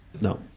No